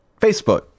Facebook